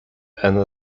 and